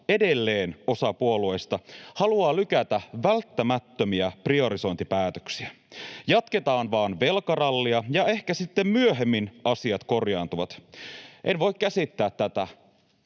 edelleen osa puolueista haluaa lykätä välttämättömiä priorisointipäätöksiä — jatketaan vaan velkarallia, ja ehkä sitten myöhemmin asiat korjaantuvat. En voi käsittää tätä.